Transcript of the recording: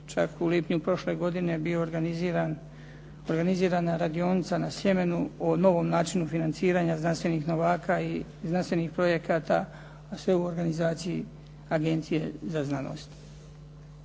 čak u lipnju prošle godine bio organizirana radionica na … /Govornik se ne razumije./ … o novom načinu financiranja znanstvenih novaka i znanstvenih projekata, a sve u organizaciji Agencije za znanost.